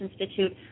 Institute